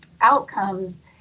outcomes